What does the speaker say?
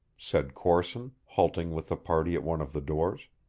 said corson, halting with the party at one of the doors.